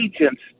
agents